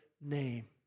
name